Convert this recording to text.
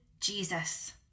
Jesus